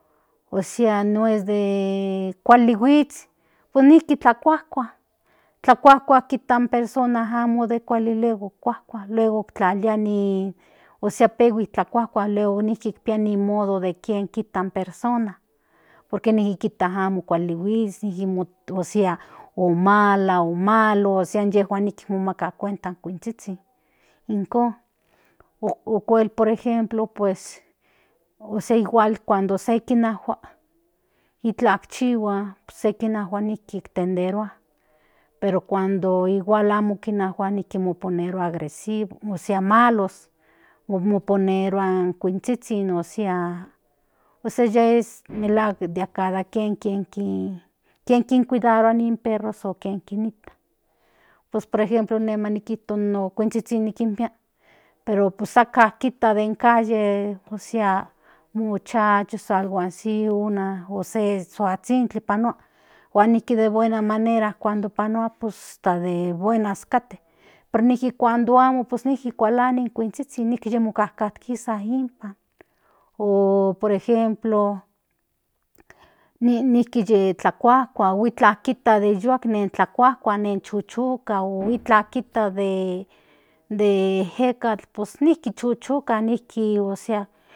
Osea noes de kuali huits pues nijki tlakuajkua tlakuajkua kita in personas amo de kuali luego tlakuajkua luego tlalia ni ósea pehui tlakuajkua luego nijki pia ni modo de ken kita in personas por que neki kita amo kuali huits ósea mala o malo nijki momaka cuenta in kuinzhizhin ijkon okuel por ejemplo ósea igual se kinjua itlan chihua se kinajua nijki tenderua pero cuando igual nijki kinajua moponerua agresivo ósea malo moponerua in kuinzhihzin osea ya es malhuak cada kien ken kin cuidara ni perros o tlen kinijta pues por ejemplo ine manokijto no kuinzhizhin nikinpia pero pue aka kijta den calle ósea muchachos algo asi o se suazhinkli panua huan nijki de buena manera pues nijki kate pero nijki cuando amo pues nijki kualani in kuinzhizhin nijki o por ejemplo nijki yitlakuajkua kuak aka kijta de yoatl nen tlakuajkua huan chochoka kuak itla de ejeka pues nijki chiochioka nijki ósea.